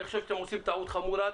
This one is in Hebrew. אני חושב שאתם עושים טעות חמורה.